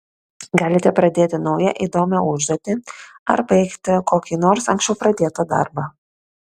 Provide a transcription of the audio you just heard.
galite pradėti naują įdomią užduotį ar baigti kokį nors anksčiau pradėtą darbą